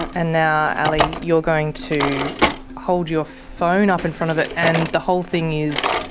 and now, ali, you're going to hold your phone up in front of it and the whole thing is,